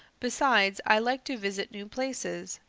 besides, i like to visit new places.